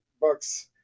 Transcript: bucks